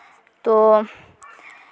ᱛᱚ